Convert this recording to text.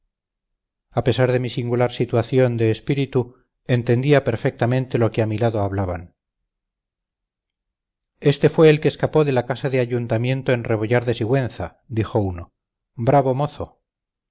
a pesar de mi singular situación de espíritu entendía perfectamente lo que a mi lado hablaban este fue el que escapó de la casa de ayuntamiento en rebollar de sigüenza dijo uno bravo mozo